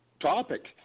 topic